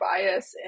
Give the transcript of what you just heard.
bias